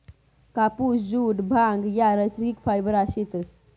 कापुस, जुट, भांग ह्या नैसर्गिक फायबर शेतस